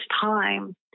time